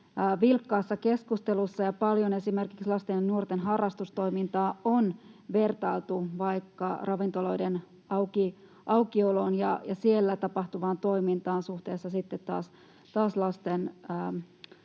vilkkaassa keskustelussa, ja paljon esimerkiksi lasten ja nuorten harrastustoimintaa on vertailtu vaikka ravintoloiden aukioloon ja siellä tapahtuvaan toimintaan, ja on hyvä, että